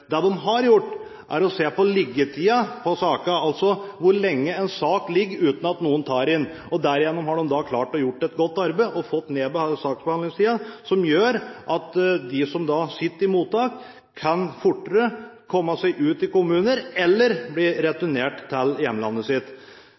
Det de har gjort, er å se på liggetiden på saker – altså hvor lenge en sak ligger uten at noen tar i den – og derigjennom har de klart å gjøre et godt arbeid og fått ned saksbehandlingstiden, noe som gjør at de som sitter i mottak, fortere kan komme seg ut til kommuner eller bli